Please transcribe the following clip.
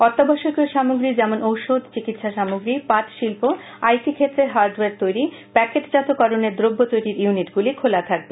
অত্যাবশ্যকীয় সামগ্রী যেমন ওষুধ চিকিৎসা সামগ্রী পাট শিল্প আই টি ক্ষেত্রের হার্ডওয়ার তৈরি প্যাকেটজাত করণের দ্রব্য তৈরির ইউনিটগুলি খোলা থাকবে